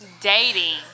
dating